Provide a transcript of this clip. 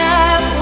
up